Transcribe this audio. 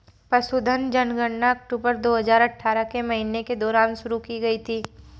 पशुधन जनगणना अक्टूबर दो हजार अठारह के महीने के दौरान शुरू की गई थी